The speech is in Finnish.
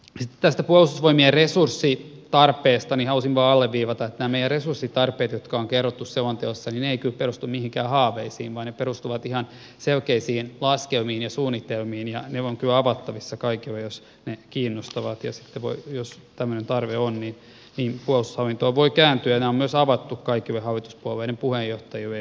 sitten tästä puolustusvoimien resurssitarpeesta halusin vain alleviivata että nämä meidän resurssitarpeet jotka on kerrottu selonteossa eivät kyllä perustu mihinkään haaveisiin vaan ne perustuvat ihan selkeisiin laskelmiin ja suunnitelmiin ja ne ovat kyllä avattavissa kaikille jos ne kiinnostavat ja jos tämmöinen tarve on niin puolustushallintoon voi kääntyä ja nämä on myös avattu kaikille hallituspuolueiden puheenjohtajille ja niin edelleen